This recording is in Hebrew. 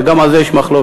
וגם על זה יש מחלוקות,